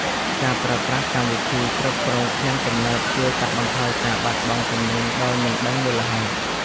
ការប្រើប្រាស់កម្មវិធីគ្រប់គ្រងឃ្លាំងទំនើបជួយកាត់បន្ថយការបាត់បង់ទំនិញដោយមិនដឹងមូលហេតុ។